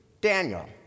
Daniel